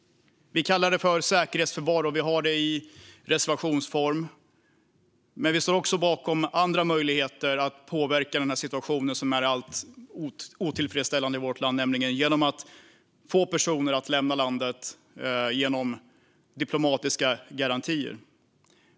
Vi kallar detta säkerhetsförvar, och vi tar upp det i en reservation. Men vi står också bakom andra möjligheter att påverka denna otillfredsställande situation i vårt land genom att få personer att lämna landet genom diplomatiska garantier.